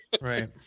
Right